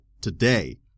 today